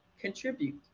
contribute